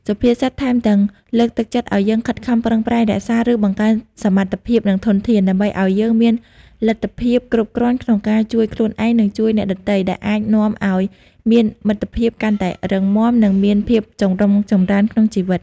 សុភាសិតថែមទាំងលើកទឹកចិត្តឱ្យយើងខិតខំប្រឹងប្រែងរក្សា ឬបង្កើនសមត្ថភាព និងធនធាន ដើម្បីឱ្យយើងមានលទ្ធភាពគ្រប់គ្រាន់ក្នុងការជួយខ្លួនឯង និងជួយអ្នកដទៃ ដែលអាចនាំឱ្យមានមិត្តភាពកាន់តែរឹងមាំ និងមានភាពចម្រុងចម្រើនក្នុងជីវិត។